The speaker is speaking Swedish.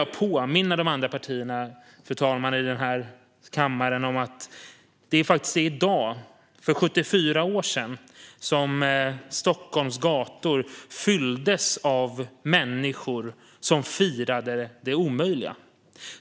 Jag vill påminna de andra partierna i den här kammaren om att det i dag är 74 år sedan Stockholms gator fylldes av människor som firade det omöjliga.